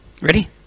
Ready